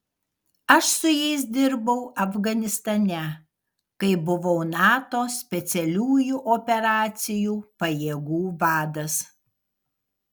aš su jais dirbau afganistane kai buvau nato specialiųjų operacijų pajėgų vadas